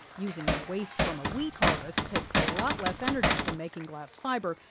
using the waste from a wheat harvest takes a lot less energy than making glass fiber.